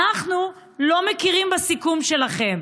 אנחנו לא מכירים בסיכום שלכם.